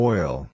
Oil